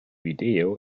video